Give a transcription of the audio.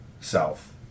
south